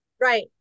Right